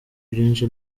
ibyinshi